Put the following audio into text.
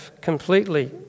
completely